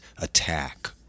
attack